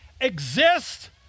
Exist